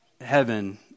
heaven